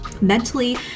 Mentally